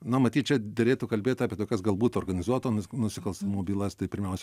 na matyt čia derėtų kalbėt apie tokias galbūt organizuoto nus nusikalstamumo bylas tai pirmiausia